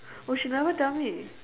oh she never tell me